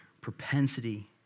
propensity